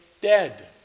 dead